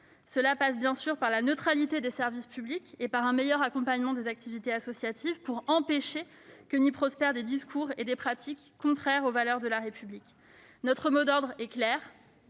Cela passe, bien sûr, par la neutralité des services publics et par un meilleur accompagnement des activités associatives, pour empêcher qu'y prospèrent des discours et des pratiques contraires aux valeurs de la République. Notre mot d'ordre est clair